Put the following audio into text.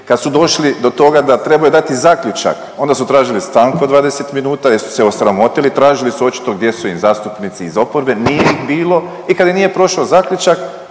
Kad su došli do toga da trebaju dati zaključak, onda su tražili stanku od 20 minuta jer su se osramotili, tražili su očito gdje su im zastupnici iz oporbe, nije ih bilo i kad im nije prošao zaključak,